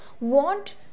want